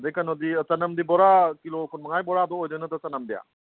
ꯑꯗꯩ ꯀꯩꯅꯣꯗꯤ ꯑꯥ ꯆꯅꯝꯗꯤ ꯕꯣꯔꯥ ꯀꯤꯂꯣ ꯀꯨꯟ ꯃꯉꯥꯒꯤ ꯕꯣꯔꯥꯗꯨ ꯑꯣꯏꯗꯣꯏ ꯅꯠꯇ꯭ꯔꯣ ꯆꯅꯝꯗꯤ